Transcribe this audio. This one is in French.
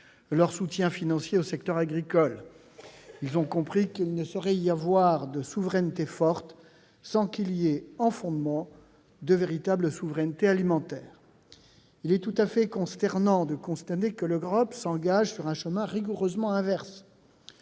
leurs soutiens financiers au secteur agricole. Ils ont compris qu'aucune souveraineté forte ne pourrait se fonder hors véritable souveraineté alimentaire. Il est tout à fait consternant de constater que l'Europe s'engage sur un chemin rigoureusement inverse.